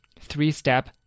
three-step